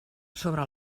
sobre